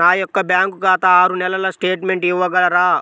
నా యొక్క బ్యాంకు ఖాతా ఆరు నెలల స్టేట్మెంట్ ఇవ్వగలరా?